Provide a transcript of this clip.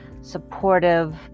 supportive